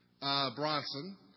Bronson